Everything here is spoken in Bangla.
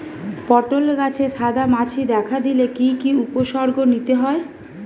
পটল গাছে সাদা মাছি দেখা দিলে কি কি উপসর্গ নিতে হয়?